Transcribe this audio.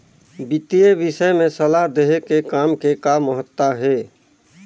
वितीय विषय में सलाह देहे के काम के का महत्ता हे?